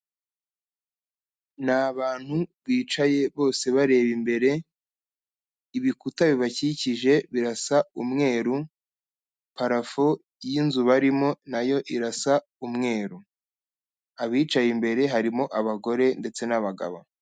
Ni abantu bicaye bose bareba imbere, ibikuta bibakikije birasa umweru, parafo y'inzu barimo nayo irasa umweru, abicaye imbere harimo abagore ndetse n'abagabo.